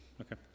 Okay